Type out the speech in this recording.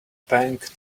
bank